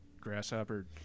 grasshopper